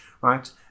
right